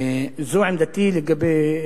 זו עמדתי לגבי,